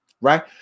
right